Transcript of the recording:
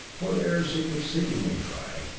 for the air seemed exceedingly dry,